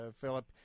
Philip